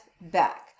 back